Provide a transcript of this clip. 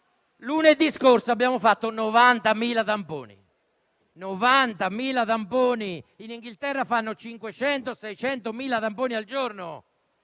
Lunedì scorso abbiamo fatto 90.000 tamponi; in Inghilterra fanno 500.000-600.000 tamponi al giorno